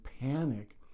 panic